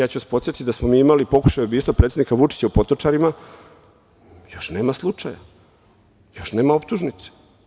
Ja ću vas podsetiti da smo mi imali pokušaj ubistva predsednika Vučića u Potočarima, još nema slučaja, još nema optužnice.